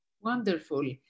Wonderful